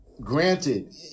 granted